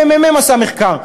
הממ"מ עשה מחקר,